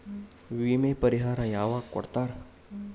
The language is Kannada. ವಿಮೆ ಪರಿಹಾರ ಯಾವಾಗ್ ಕೊಡ್ತಾರ?